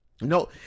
No